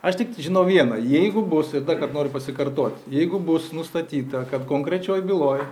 aš tik žinau vieną jeigu bus ir dar kart noriu pasikartot jeigu bus nustatyta kad konkrečioj byloj